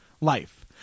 life